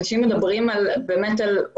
אנשים מדברים על אובדנות,